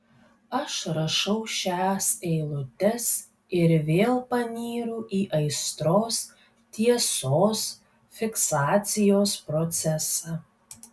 aš rašau šias eilutes ir vėl panyru į aistros tiesos fiksacijos procesą